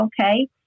okay